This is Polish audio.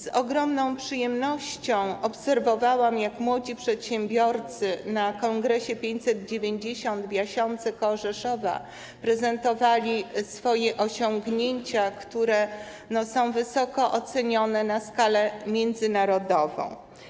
Z ogromną przyjemnością obserwowałam, jak młodzi przedsiębiorcy na Kongresie 590 w Jasionce koło Rzeszowa prezentowali swoje osiągnięcia, które są wysoko ocenione w skali międzynarodowej.